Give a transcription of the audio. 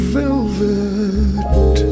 velvet